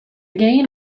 gain